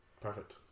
Perfect